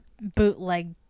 bootleg